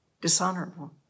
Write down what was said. dishonorable